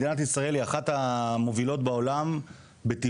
מדינת ישראל היא אחת המובילות בעולם בטיפול